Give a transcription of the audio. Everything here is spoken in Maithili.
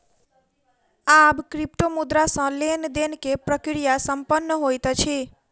आब क्रिप्टोमुद्रा सॅ लेन देन के प्रक्रिया संपन्न होइत अछि